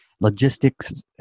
logistics